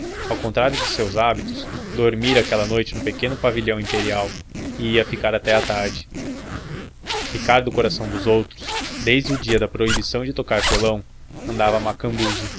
ao contrário de seus hábitos dormira aquela noite no pequeno pavilhão imperial e ia ficar até à tarde ricardo coração dos outros desde o dia da proibição de tocar violão andava